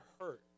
hurt